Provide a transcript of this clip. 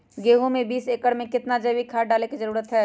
गेंहू में बीस एकर में कितना जैविक खाद डाले के जरूरत है?